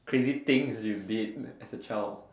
crazy things you did as a child